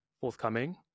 forthcoming